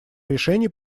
решений